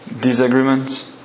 disagreements